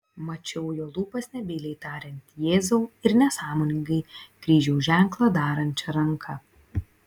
mačiau jo lūpas nebyliai tariant jėzau ir nesąmoningai kryžiaus ženklą darančią ranką